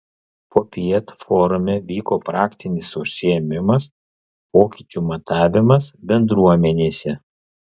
popiet forume vyko praktinis užsiėmimas pokyčių matavimas bendruomenėse